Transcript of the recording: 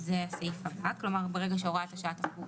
כלומר ברגע שהוראת השעה תפוג